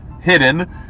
hidden